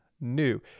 new